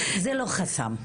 זה לא חסם.